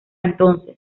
entonces